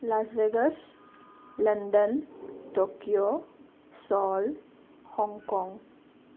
Las Vegas London Tokyo Seoul Hong Kong